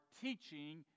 teaching